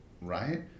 right